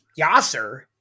Yasser